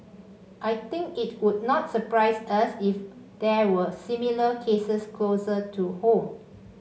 I think it would not surprise us if there were similar cases closer to home